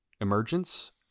emergence